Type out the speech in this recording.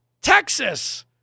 Texas